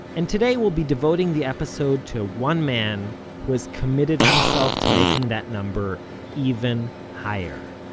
and today, we'll be devoting the episode to one man who has committed himself to making that number even higher.